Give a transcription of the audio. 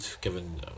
given